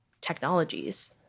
technologies